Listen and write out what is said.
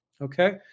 Okay